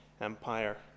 Empire